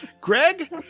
Greg